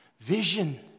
vision